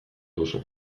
duzu